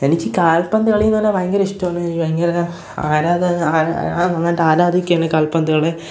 എനിക്ക് കാൽപന്ത് കളിയെന്നു പറഞ്ഞാൽ ഭയങ്കര ഇഷ്ടമാണ് എനിക്ക് ഭയങ്കര ആരാധന നന്നായിട്ട് ആരാധിക്കണ് കാൽപന്തുകളെ